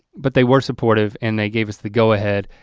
but they were supportive, and they gave us the go ahead.